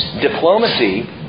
Diplomacy